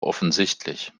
offensichtlich